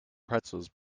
pretzels